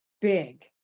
big